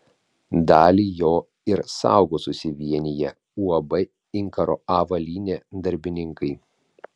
dalį jo ir saugo susivieniję uab inkaro avalynė darbininkai